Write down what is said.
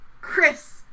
Chris